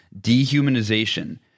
dehumanization